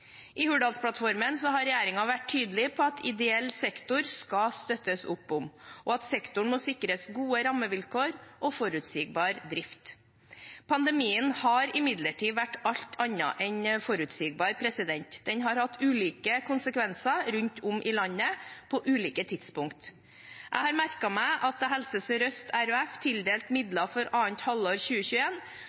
I Hurdalsplattformen har regjeringen vært tydelig på at ideell sektor skal støttes opp om, og at sektoren må sikres gode rammevilkår og forutsigbar drift. Pandemien har imidlertid vært alt annet enn forutsigbar – den har hatt ulike konsekvenser rundt om i landet, på ulike tidspunkt. Jeg har merket meg at da Helse Sør-Øst RHF tildelte midler for annet halvår